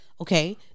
Okay